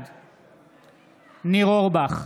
בעד ניר אורבך,